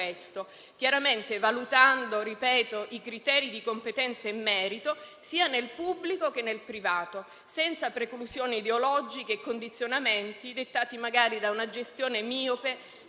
chiaramente valutando - ripeto - i criteri di competenza in merito sia nel pubblico che nel privato, senza preclusioni ideologiche e condizionamenti dettati magari da una gestione miope